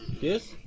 Yes